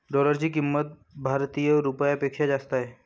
डॉलरची किंमत भारतीय रुपयापेक्षा जास्त आहे